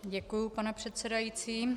Děkuji, pane předsedající.